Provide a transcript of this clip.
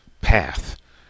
path